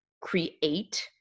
create